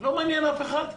לא מעניין אף אחד?